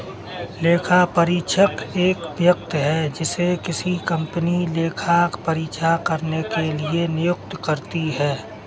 लेखापरीक्षक एक व्यक्ति है जिसे किसी कंपनी लेखा परीक्षा करने के लिए नियुक्त करती है